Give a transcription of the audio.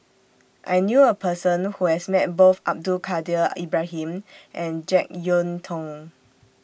I knew A Person Who has Met Both Abdul Kadir Ibrahim and Jek Yeun Thong